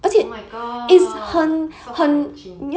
oh my god so heart-wrenching